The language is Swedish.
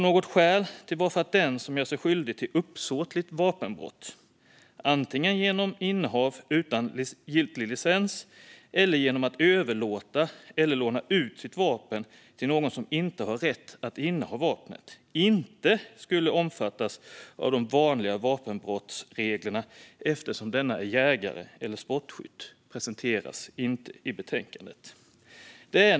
Något skäl till att den som gör sig skyldig till uppsåtligt vapenbrott, antingen genom innehav utan giltig licens eller genom att överlåta eller låna ut sitt vapen till någon som inte har rätt att inneha vapnet, inte skulle omfattas av de vanliga vapenbrottsreglerna eftersom denne är jägare eller sportskytt presenteras inte i betänkandet.